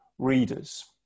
readers